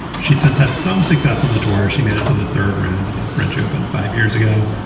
she's since had some success on the tour. she made it to the third round of the french open five years ago.